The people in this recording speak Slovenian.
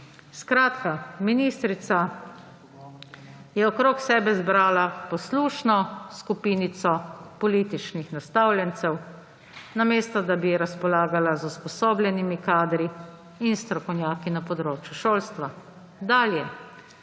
Skratka, ministrica je okoli sebe zbrala poslušno skupinico političnih nastavljencev, namesto da bi razpolagala z usposobljenim kadri in strokovnjaki na področju šolstva. Dalje.